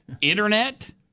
internet